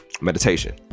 meditation